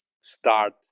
start